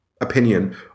Opinion